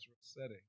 setting